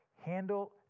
handle